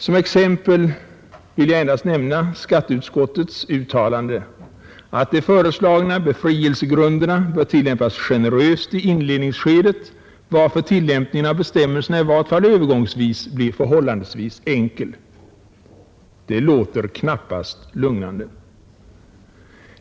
Som exempel vill jag endast nämna skatteutskottets uttalande att de föreslagna befrielsegrunderna bör tillämpas generöst i inledningsskedet, varför tillämpningen av bestämmelserna i vart fall övergångsvis blir förhållandevis enkel. Det låter knappast lugnande.